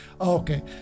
Okay